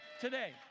today